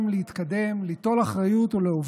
תפתח את זה לתחרות של 400 חברים.